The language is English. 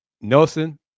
Nelson